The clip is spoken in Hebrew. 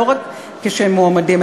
לא רק כשהם מועמדים,